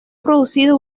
producido